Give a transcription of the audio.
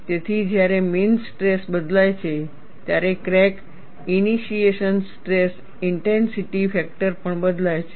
તેથી જ્યારે mean stress બદલાય છે ત્યારે crack initiation stress intensity factor પણ બદલાય છે